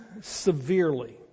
severely